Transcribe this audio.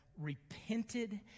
repented